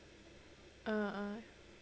a'ah